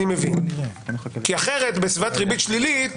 אני מבין כי אחרת בסביבת ריבית שלילית,